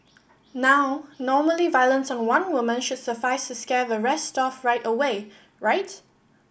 now normally violence on one woman should suffice to scare the rest off right away right